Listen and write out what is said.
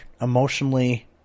emotionally